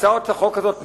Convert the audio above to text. הצעת החוק הזאת מורה,